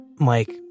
Mike